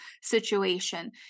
situation